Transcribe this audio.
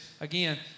again